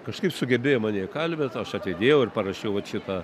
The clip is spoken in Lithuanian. kažkaip sugebėjo mane kalbint aš atidėjau ir parašiau vat šitą